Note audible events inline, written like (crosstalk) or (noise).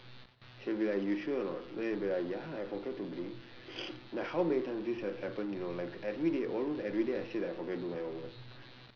she'll be like you sure or not then you'll be like ya I forgot to bring (breath) like how many times this has happened you know like everyday almost everyday I say that I forget do my homework